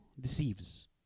deceives